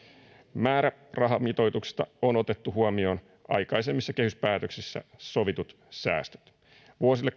määrärahamitoituksessa on otettu huomioon aikaisemmissa kehyspäätöksissä sovitut säästöt vuosille